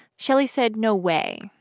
shelley said no way.